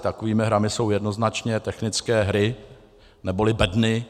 Takovými hrami jsou jednoznačně technické hry neboli bedny.